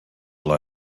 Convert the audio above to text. life